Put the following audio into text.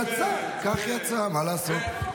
יצא, כך יצא, מה לעשות.